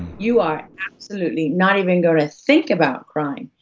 you are absolutely not even gonna think about crying,